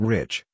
Rich